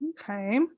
Okay